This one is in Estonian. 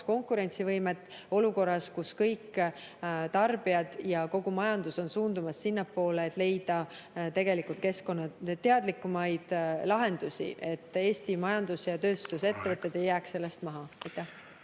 konkurentsivõimet olukorras, kus kõik tarbijad ja kogu majandus on suundumas sinnapoole, et leida tegelikult keskkonnateadlikumaid lahendusi, et Eesti majandus‑ ja tööstus‑ … Aeg! Aeg! … ettevõtted ei jääks sellest maha.